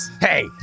hey